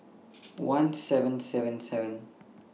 one seven seven seven